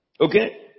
Okay